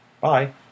Bye